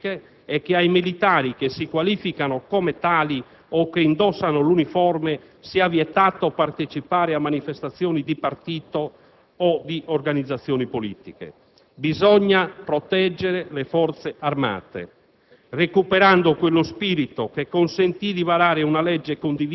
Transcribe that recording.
che le Forze armate debbano mantenersi fuori dalle competizioni politiche e che ai militari che si qualificano come tali o che indossano l'uniforme sia vietato partecipare a manifestazioni di partito o di organizzazioni politiche. Bisogna proteggere le Forze armate,